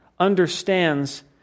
understands